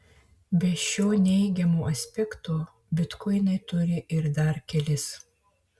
be šio neigiamo aspekto bitkoinai turi ir dar kelis